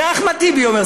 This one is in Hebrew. זה אחמד טיבי אומר,